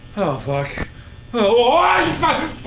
oh fuck o woah, you fuck!